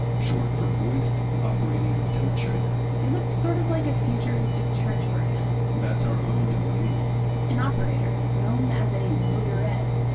short for voice operating demonstrator it looked sort of like a futuristic church organ that's our own delaney hall an operator, known as a voderette,